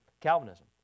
Calvinism